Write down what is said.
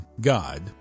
God